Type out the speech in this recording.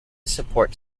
support